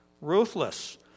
ruthless